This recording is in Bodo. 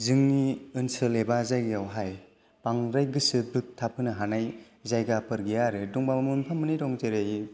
जोंनि ओनसोल एबा जायगायावहाय बांद्राय गोसो बोग्थाबहोनो हानाय जायगाफोर गैया आरो दंबाबो मोनफा मोननै दं जेरै